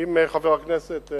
האם חבר הכנסת,